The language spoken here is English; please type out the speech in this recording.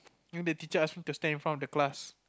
then the teacher asked me to stand in front of the class